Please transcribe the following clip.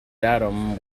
datum